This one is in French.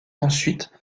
ensuite